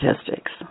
statistics